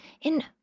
in